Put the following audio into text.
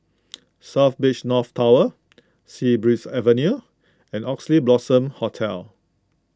South Beach North Tower Sea Breeze Avenue and Oxley Blossom Hotel